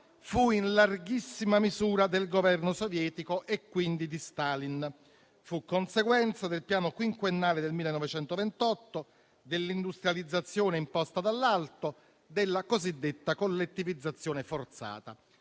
fu in larghissima misura del governo sovietico, quindi di Stalin. Fu conseguenza del piano quinquennale del 1928, dell'industrializzazione imposta dall'alto, della cosiddetta collettivizzazione forzata.